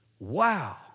Wow